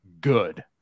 good